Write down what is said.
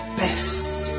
best